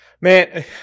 Man